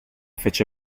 fece